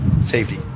safety